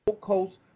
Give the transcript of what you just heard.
Coast